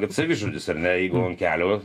kad savižudis ar ne jeigu ant kelio